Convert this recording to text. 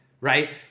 right